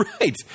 Right